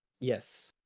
Yes